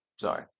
Sorry